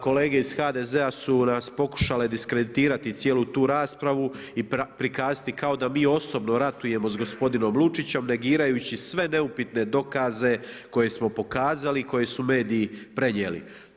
Kolege iz HDZ-a su nas pokušale diskreditirati cijelu tu raspravu i prikazati da mi osobno ratujemo sa gospodinom Lučićem, negirajući sve neupitne dokaze, koje smo pokazali koje su mediji prenijeli.